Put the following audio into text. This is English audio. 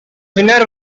winner